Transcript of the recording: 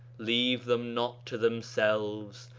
leave them not to themselves,